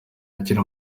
akiri